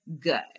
good